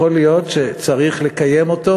שיכול להיות שצריך לקיים אותו.